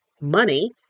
money